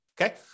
okay